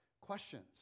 questions